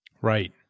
Right